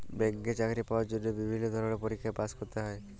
ব্যাংকে চাকরি পাওয়ার জন্হে বিভিল্য ধরলের পরীক্ষায় পাস্ ক্যরতে হ্যয়